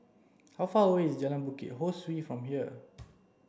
how far away is Jalan Bukit Ho Swee from here